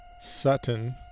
Sutton